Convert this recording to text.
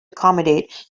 accommodate